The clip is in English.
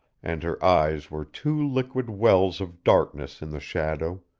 and her eyes were two liquid wells of darkness in the shadow,